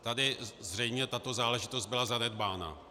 Tady zřejmě tato záležitost byla zanedbána.